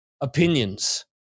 Opinions